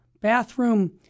bathroom